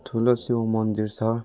ठुलो शिव मन्दिर छ